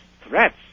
threats